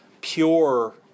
pure